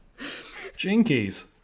Jinkies